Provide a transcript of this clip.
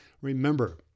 Remember